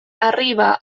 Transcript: arriba